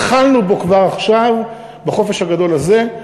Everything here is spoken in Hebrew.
התחלנו בו כבר עכשיו, בחופש הגדול הזה.